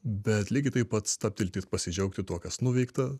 bet lygiai taip pat stabtelti ir pasidžiaugti tuo kas nuveikta